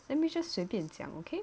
then we just 随便讲 okay